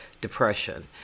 depression